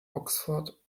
oxford